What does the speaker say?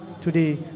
Today